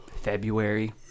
February